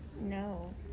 No